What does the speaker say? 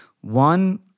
One